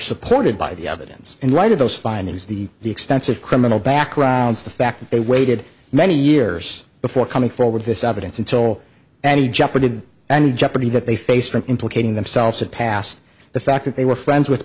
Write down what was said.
supported by the evidence and write of those findings the the extensive criminal backgrounds the fact that they waited many years before coming forward this evidence until any jeopardy and jeopardy that they face from implicating themselves at past the fact that they were friends with